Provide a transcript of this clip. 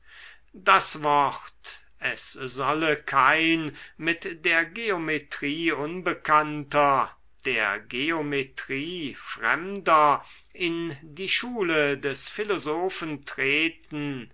das wort es solle kein mit der geometrie unbekannter der geometrie fremder in die schule des philosophen treten